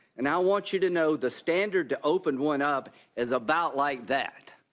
and i want you to know the standard to open one up is about like that.